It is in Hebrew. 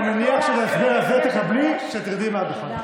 אני מניח שאת ההסבר הזה תקבלי כשתרדי מהבמה.